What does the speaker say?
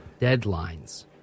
Deadlines